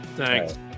Thanks